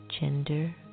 gender